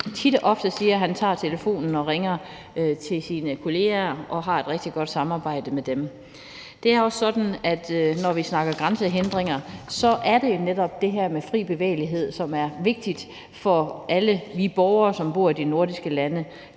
og ofte siger, at han tager telefonen og ringer til sine kolleger og har et rigtig godt samarbejde med dem. Det er også sådan, at når vi snakker grænsehindringer, så er det netop det her med fri bevægelighed, som er vigtigt for alle os borgere, som bor i de nordiske lande.